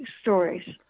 stories